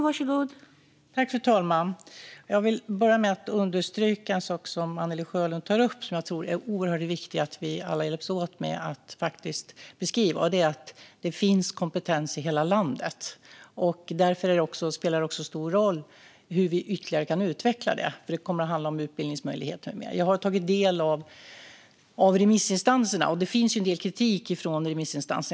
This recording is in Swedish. Fru talman! Jag vill börja med att understryka en sak som Anne-Li Sjölund tar upp och som jag tror att det är oerhört viktigt att vi alla hjälps åt att beskriva, och det är att det finns kompetens i hela landet. Det spelar också stor roll hur vi ytterligare kan utveckla denna kompetens. Det kommer att handla om utbildningsmöjligheter med mera. Jag har tagit del av remissinstansernas synpunkter, och det finns en del kritik från dem.